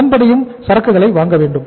அதன்படியும் சரக்குகளை வாங்கவேண்டும்